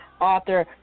author